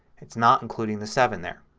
it's not including the seven there.